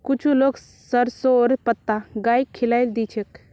कुछू लोग सरसोंर पत्ता गाइक खिलइ दी छेक